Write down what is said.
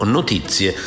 Notizie